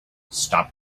stop